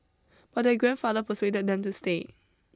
but their grandfather persuaded them to stay